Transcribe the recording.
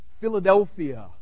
Philadelphia